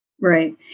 Right